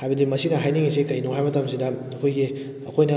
ꯍꯥꯏꯕꯗꯤ ꯃꯁꯤꯅ ꯍꯥꯏꯅꯤꯡꯂꯤꯁꯤ ꯀꯔꯤꯅꯣ ꯍꯥꯏꯕ ꯃꯇꯝꯁꯤꯗ ꯑꯩꯈꯣꯏꯒꯤ ꯑꯩꯈꯣꯏꯅ